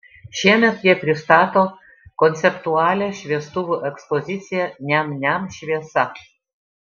šiemet jie pristato konceptualią šviestuvų ekspoziciją niam niam šviesa